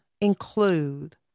include